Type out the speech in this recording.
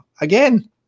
Again